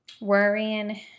worrying